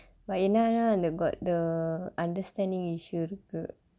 but ஏன்னான்னா:ennaannaa got the understanding issue